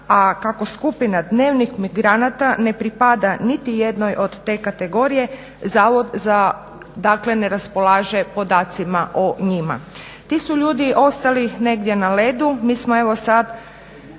a kako skupina dnevnih migranata ne pripada niti jednoj od te kategorije, zavod dakle ne raspolože podacima o njima. Ti su ljudi ostali negdje na ledu. Mi smo evo sad